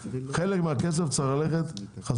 אבל